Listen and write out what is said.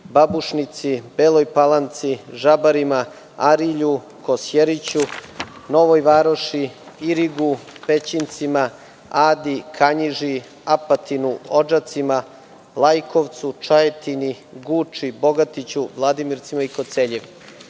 Babušnici, Beloj Palanci, Žabarima, Arilju, Kosjeriću, Novoj Varoši, Irigu, Pećincima, Adi, Kanjiži, Apatinu, Odžacima, Lajkovcu, Čajetini, Guči, Bogatiću, Vladimircima i Koceljevi. Nešto